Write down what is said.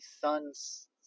son's